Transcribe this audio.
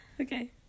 Okay